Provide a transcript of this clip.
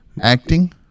Acting